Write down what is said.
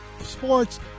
Sports